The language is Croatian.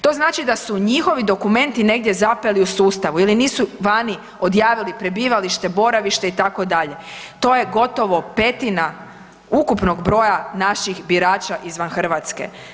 To znači da su njihovi dokumenti zapeli u sustavu ili nisu vani odjavili prebivalište, boravište itd., to je gotovo petina ukupnog broja naših birača izvan Hrvatske.